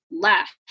left